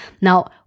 Now